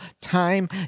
time